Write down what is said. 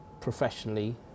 professionally